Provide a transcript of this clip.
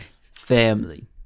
Family